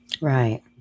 right